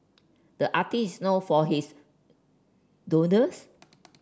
the artist is known for his doodles